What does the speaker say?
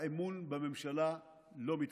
האמון בממשלה לא מתקיים.